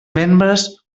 membres